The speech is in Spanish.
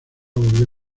volvió